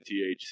THC